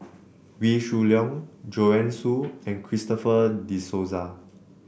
Wee Shoo Leong Joanne Soo and Christopher De Souza